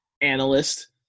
analyst